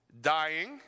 dying